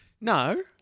No